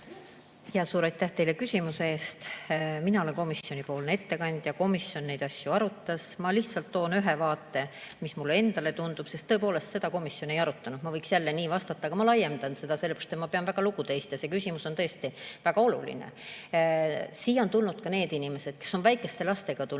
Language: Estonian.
Suur aitäh teile küsimuse eest! Mina olen komisjoni ettekandja. Komisjon neid asju arutas. Ma lihtsalt toon ühe vaate, nagu mulle endale tundub, sest tõepoolest seda komisjon ei arutanud – ma võiksin jälle nii vastata, aga ma laiendan seda sellepärast, et ma pean väga lugu teist ja see küsimus on tõesti väga oluline. Siia on tulnud ka need inimesed, kes on tulnud väikeste lastega,